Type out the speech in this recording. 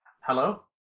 Hello